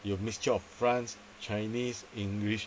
you've mixture of france chinese english